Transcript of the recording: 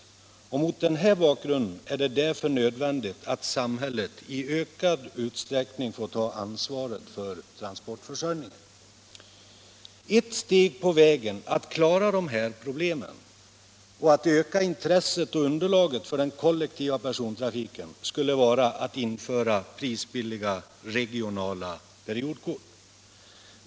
Mot Om införande av den bakgrunden är det därför nödvändigt att samhället i ökad utsträck = periodkort i ning får ta ansvaret för transportförsörjningen. kollektivtrafiken Ett steg på vägen när det gäller att klara de här problemen och öka intresset och underlaget för den kollektiva persontrafiken skulle vara att införa prisbilliga regionala periodkort.